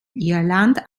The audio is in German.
irland